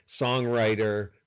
songwriter